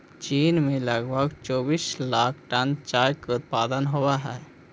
चीन में लगभग चौबीस लाख टन चाय के उत्पादन होवऽ हइ